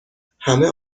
همه